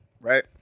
right